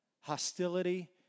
hostility